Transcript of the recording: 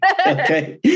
Okay